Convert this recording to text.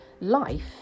life